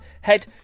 Head